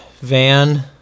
Van